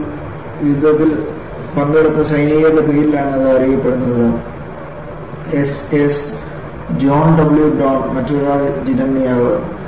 ഈ യുദ്ധത്തിൽ പങ്കെടുത്ത സൈനികരുടെ പേരിലാണ് അത് അറിയപ്പെടുന്നത് S S John W Brown മറ്റൊരാൾ യിരെമ്യാവ്